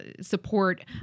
support